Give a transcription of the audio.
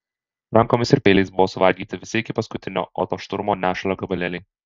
rankomis ir peiliais buvo suvalgyti visi iki paskutinio oto šturmo nešulio gabalėliai